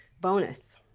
bonus